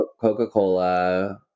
Coca-Cola